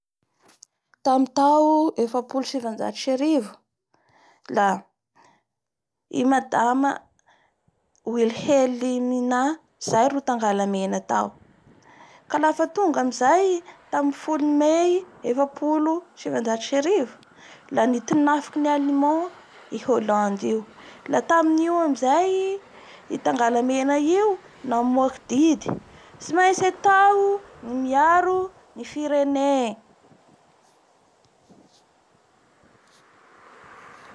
Tamin'ny tao efapolo sy sivanjato sy arivo la i madama Wilhelimina ro tangalamena tao ka lafa tonga amizay tamin'ny folo may efapolo sy sivanjato sy arivo la nitinafikin'ny Alman i Hollande io. La taminio amizay i tangalamena io namoaky didy :Tsimaintsy atao ny miaro ny firene.